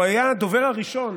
הוא היה הדובר הראשון